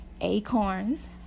acorns